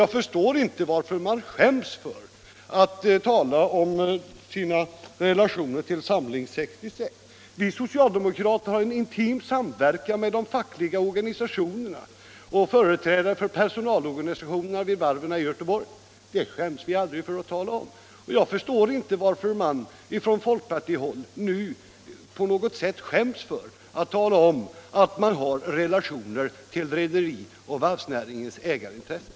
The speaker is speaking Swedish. Jag förstår inte varför man skäms för att tala om sina relationer till Samling 66. Vi socialdemokrater har en intim samverkan med de fackliga organisationerna och med företrädare för personalorganisationerna vid varven i Göteborg. Det skäms vi aldrig för att tala om. Jag förstår inte varför man från folkpartihåll nu på något sätt skäms för att tala om att man har relationer till rederioch varvsnäringens ägarintressen.